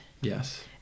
Yes